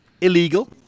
illegal